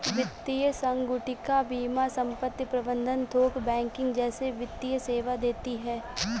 वित्तीय संगुटिका बीमा संपत्ति प्रबंध थोक बैंकिंग जैसे वित्तीय सेवा देती हैं